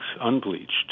unbleached